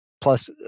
plus